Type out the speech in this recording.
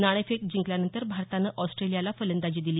नाणेफेक जिंकल्यानंतर भारतानं ऑस्ट्रेलियाला फलंदाजी दिली